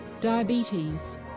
diabetes